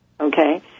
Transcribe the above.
okay